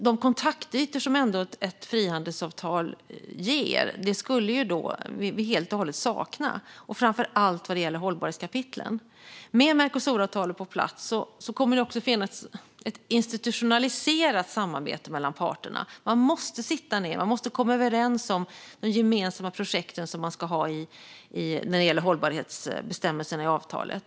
De kontaktytor som ett frihandelsavtal ger skulle vi då helt och hållet sakna, och det gäller framför allt hållbarhetskapitlen. Med Mercosuravtalet på plats kommer det att finnas ett institutionaliserat samarbete mellan parterna. Man måste sitta ned och komma överens om de gemensamma projekt som man ska ha när det gäller hållbarhetsbestämmelserna i avtalet.